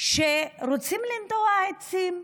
שרוצים לנטוע עצים,